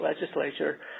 legislature